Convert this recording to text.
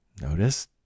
Notice